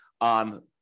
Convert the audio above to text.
on